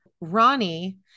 Ronnie